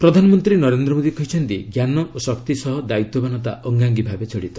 PM Visva Bharati ପ୍ରଧାନମନ୍ତ୍ରୀ ନରେନ୍ଦ୍ର ମୋଦୀ କହିଛନ୍ତି ଜ୍ଞାନ ଓ ଶକ୍ତି ସହ ଦାୟିତ୍ୱବାନତା ଅଙ୍ଗାଙ୍ଗୀ ଭାବେ କଡ଼ିତ